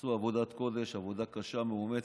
שעשו עבודת קודש, עבודה קשה ומאומצת.